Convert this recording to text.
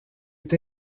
est